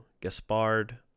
Gaspard